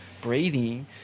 breathing